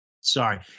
Sorry